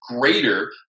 greater